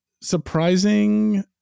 Surprising